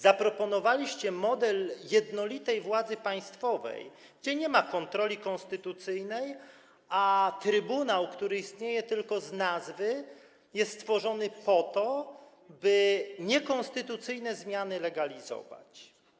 Zaproponowaliście model jednolitej władzy państwowej, w którym nie ma kontroli konstytucyjnej, a trybunał, który istnieje tylko z nazwy, jest stworzony po to, by niekonstytucyjne zmiany legalizować.